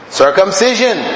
circumcision